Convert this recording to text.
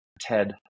Ted